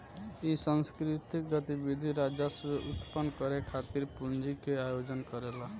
इ सांस्कृतिक गतिविधि राजस्व उत्पन्न करे खातिर पूंजी के आयोजन करेला